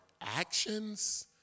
actions